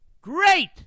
great